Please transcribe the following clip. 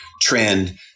trend